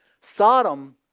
Sodom